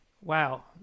wow